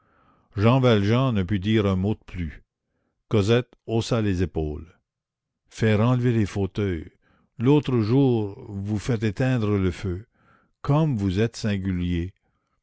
jean valjean ne put dire un mot de plus cosette haussa les épaules faire enlever les fauteuils l'autre jour vous faites éteindre le feu comme vous êtes singulier